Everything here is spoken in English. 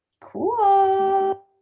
cool